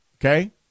okay